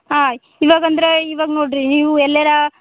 ಹಾಂ ಇವಾಗಂದ್ರೆ ಇವಾಗ ನೋಡ್ರಿ ನೀವು ಎಲ್ಲೆರ